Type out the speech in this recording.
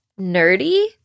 nerdy